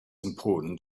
important